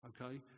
Okay